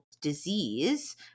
disease